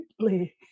completely